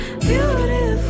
beautiful